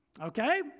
okay